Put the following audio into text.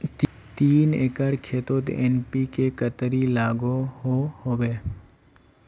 तीन एकर खेतोत एन.पी.के कतेरी लागोहो होबे?